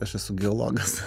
aš esu geologas